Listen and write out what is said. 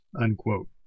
unquote